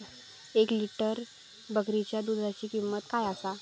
एक लिटर बकरीच्या दुधाची किंमत काय आसा?